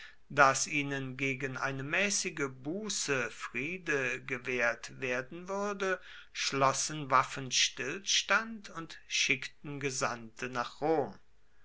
daß ihnen gegen eine mäßige buße friede gewährt werden würde schlossen waffenstillstand und schickten gesandte nach rom